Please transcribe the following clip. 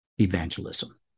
evangelism